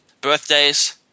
Birthdays